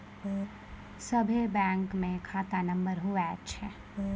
सभे बैंकमे खाता नम्बर हुवै छै